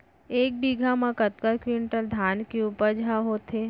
एक बीघा म कतका क्विंटल धान के उपज ह होथे?